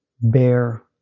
bear